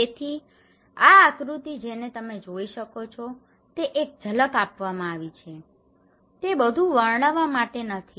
તેથી આ આકૃતિ જેને તમે જોઈ શકો છો તે એક ઝલક આપવામાં આવી છે તે બધું વર્ણવવા માટે નથી